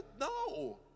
No